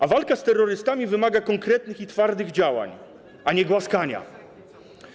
A walka z terrorystami wymaga konkretnych i twardych działań, a nie głaskania.